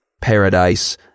paradise